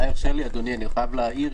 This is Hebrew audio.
אני חייב להעיר,